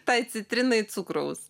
tai citrinai cukraus